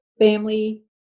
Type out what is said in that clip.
family